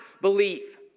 believe